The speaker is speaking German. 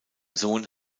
sohn